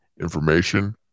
information